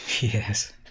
Yes